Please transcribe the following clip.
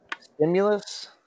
stimulus